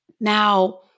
now